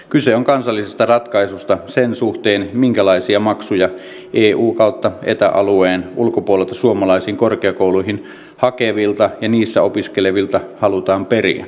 kyse on kansallisesta ratkaisusta sen suhteen minkälaisia maksuja eu ja eta alueen ulkopuolelta suomalaisiin korkeakouluihin hakevilta ja niissä opiskelevilta halutaan periä